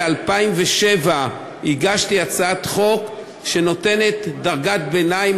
ב-2007 הגשתי הצעת חוק שנותנת דרגת ביניים,